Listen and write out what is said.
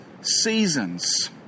seasons